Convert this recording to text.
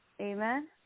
Amen